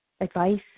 advice